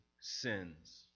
sins